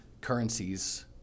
currencies